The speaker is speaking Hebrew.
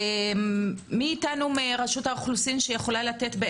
מי אתנו מרשות האוכלוסין שיכולה לתת את